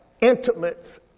intimates